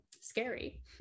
scary